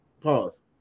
Pause